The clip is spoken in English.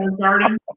garden